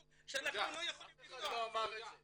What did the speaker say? אף אחד לא אמר את זה.